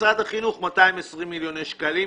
משרד החינוך 220 מיליון שקלים.